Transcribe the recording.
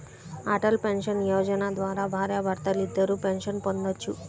Atal pension Yojana ద్వారా భార్యాభర్తలిద్దరూ pension పొందొచ్చు